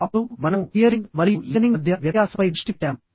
అప్పుడు మనము హియరింగ్ మరియు లిజనింగ్ మధ్య వ్యత్యాసంపై దృష్టి పెట్టాము